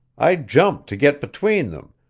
i jumped to get between them,